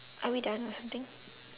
are we done or something